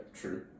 true